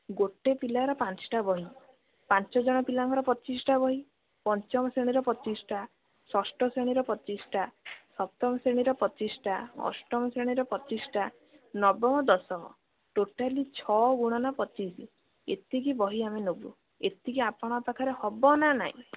ଗୋଟେ ପିଲାର ପାଞ୍ଚଟା ବହି ପାଞ୍ଚ ଜଣ ପିଲାଙ୍କର ପଚିଶଟା ବହି ପଞ୍ଚମ ଶ୍ରେଣୀର ପଚିଶଟା ଷଷ୍ଠ ଶ୍ରେଣୀର ପଚିଶଟା ସପ୍ତମ ଶ୍ରେଣୀର ପଚିଶଟା ଅଷ୍ଟମ ଶ୍ରେଣୀର ପଚିଶଟା ନବମ ଦଶମ ଟୋଟାଲି ଛଅ ଗୁଣନ ପଚିଶ ଏତିକି ବହି ଆମେ ନେବୁ ଏତିକି ଆପଣଙ୍କ ପାଖରେ ହେବ ନା ନାଇ